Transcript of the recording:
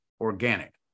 organic